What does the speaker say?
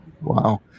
Wow